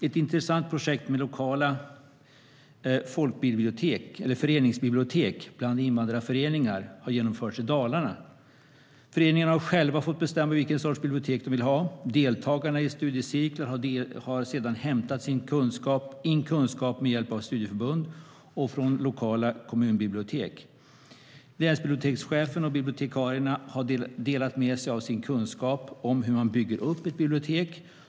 Ett intressant projekt med lokala föreningsbibliotek bland invandrarföreningar har genomförts i Dalarna. Föreningarna har själva fått bestämma vilken sorts bibliotek de vill ha. Deltagarna i studiecirklar har sedan hämtat in kunskap med hjälp av studieförbund och från lokala kommunbibliotek. Länsbibliotekschefen och bibliotekarierna har delat med sig av sin kunskap om hur man bygger upp ett bibliotek.